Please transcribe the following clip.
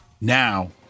Now